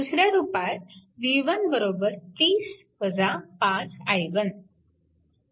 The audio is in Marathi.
दुसऱ्या रूपात v1 30 5 i1